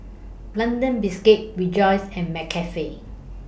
London Biscuits Rejoice and McCafe